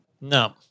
No